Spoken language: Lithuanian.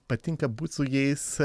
patinka būt su jais